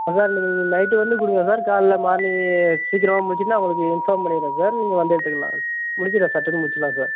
அதுதான் இன்றைக்கி நீங்கள் நைட்டு வந்து கொடுங்க சார் காலைல மார்னிங்கு சீக்கிரமா முடிஞ்சுட்டு நான் உங்களுக்கு இன்ஃபார்ம் பண்ணிடறேன் சார் நீங்கள் வந்து எடுத்துக்கலாம் முடிச்சிடலாம் சட்டுன்னு முடிச்சிடலாம் சார்